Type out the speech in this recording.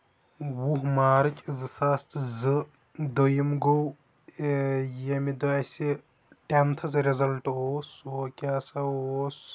وُہ مارٕچ زٕ ساس تہٕ زٕ دوٚیُم گوٚو ییٚمہِ دۄہ اَسہِ ٹینتھس رِزلٹ اوس سُہ کیٛاہ سا اوس